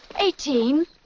Eighteen